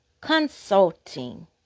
consulting